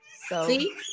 See